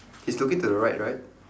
he's looking to the right right